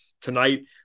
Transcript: Tonight